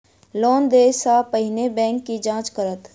Loan देय सा पहिने बैंक की जाँच करत?